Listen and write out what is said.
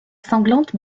sanglante